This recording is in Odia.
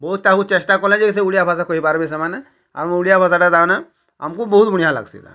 ବହୁତ୍ ତାକୁ ଚେଷ୍ଟା କଲେ ଯେ ସେ ଓଡ଼ିଆ ଭାଷା କହିପାର୍ବେ ସେମାନେ ଆମ ଓଡ଼ିଆ ଭାଷାଟା ତାମାନେ ଆମ୍ କୁ ବହୁତ୍ ବଢ଼ିଆ ଲାଗ୍ସି ତାମାନେ